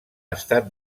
estat